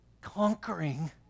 conquering